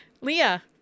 Leah